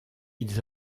ils